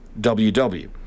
WW